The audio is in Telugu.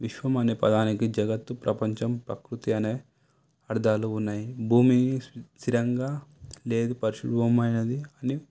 విశ్వం అనే పదానికి జగత్తు ప్రపంచం పకృతి అనే అర్థాలు ఉన్నాయి భూమియే స్థిరంగా లేదు పరిశుభ్రమైనది అని